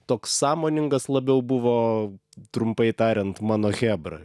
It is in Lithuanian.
toks sąmoningas labiau buvo trumpai tariant mano chebra